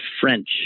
French